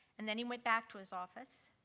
and then he went back to his office.